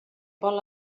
vol